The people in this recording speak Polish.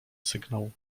sygnał